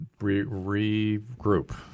regroup